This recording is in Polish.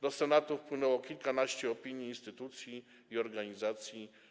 Do Senatu wpłynęło kilkanaście opinii instytucji i organizacji.